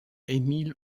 emile